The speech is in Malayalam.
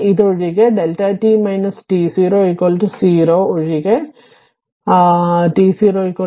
ഇത് ഒഴികെ Δ t t0 0 ഒഴികെ t0 0